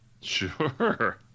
Sure